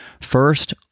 First